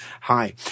Hi